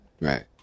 right